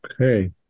Okay